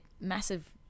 massive